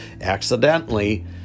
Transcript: accidentally